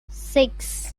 six